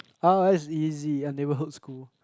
oh that's easy a neighborhood school